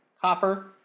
copper